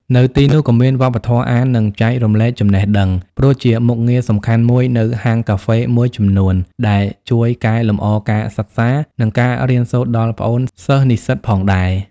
នៅទីនោះក៏មានវប្បធម៌អាន និងចែករំលែកចំណេះដឹង ព្រោះជាមុខងារសំខាន់មួយនៅហាងកាហ្វេមួយចំនួនដែលជួយកែលម្អការសិក្សា និងការរៀនសូត្រដល់ប្អូនសិស្សនិស្សិតផងដែរ។